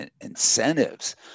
incentives